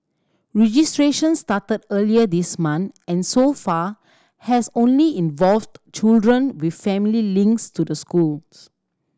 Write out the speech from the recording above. registration started earlier this month and so far has only involved children with family links to the schools